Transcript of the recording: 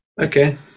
Okay